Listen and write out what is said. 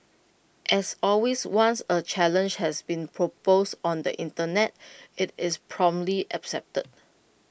as always once A challenge has been proposed on the Internet IT is promptly accepted